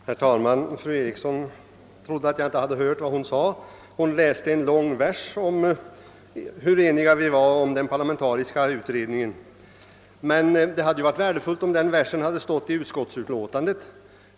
Herr talman! Fru Eriksson i Stockholm trodde att jag inte hört vad hon sade. Hon läste en lång vers om vår enighet beträffande den parlamentariska utredningen. Det hade varit värdefullt om den versen hade stått i utskottsutlåtandet.